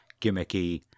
gimmicky